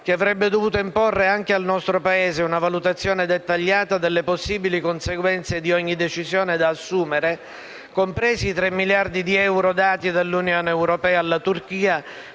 e avrebbe dovuto imporre anche al nostro Paese una valutazione dettagliata delle possibili conseguenze di ogni decisione da assumere, compresi i tre miliardi di euro dati dall'Unione europea alla Turchia